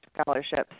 scholarships